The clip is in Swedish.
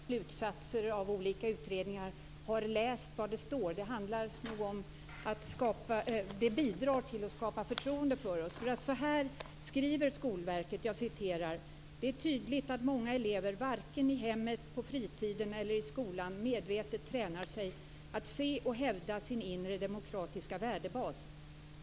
Fru talman! Det är viktigt att när vi politiker drar slutsatser av utredningar har läst vad där står. Det bidrar till att skapa förtroende för oss. Skolverket skriver: "Det är tydligt att många elever varken i hemmet, på fritiden eller i skolan medvetet tränar sig att se och hävda sin inre demokratiska värdebas.